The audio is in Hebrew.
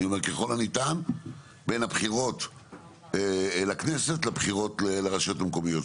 אני אומר ככל הניתן בין הבחירות לכנסת לבחירות לרשויות המקומיות,